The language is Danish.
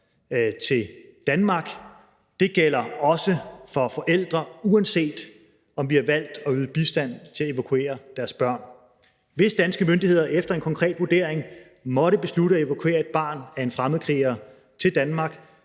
til Danmark. Det gælder også for forældre, uanset om vi har valgt at yde bistand til at evakuere deres børn. Hvis danske myndigheder efter en konkret vurdering måtte beslutte at evakuere et barn af en fremmedkriger til Danmark,